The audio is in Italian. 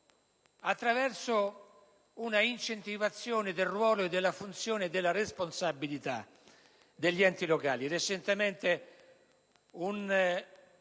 attraverso un'incentivazione del ruolo, della funzione e della responsabilità degli enti locali. Recentemente, un